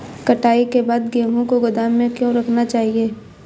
कटाई के बाद गेहूँ को गोदाम में क्यो रखना चाहिए?